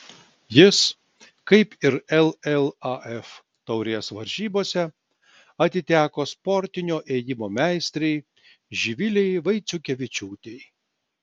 jis kaip ir llaf taurės varžybose atiteko sportinio ėjimo meistrei živilei vaiciukevičiūtei